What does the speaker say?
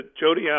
Jody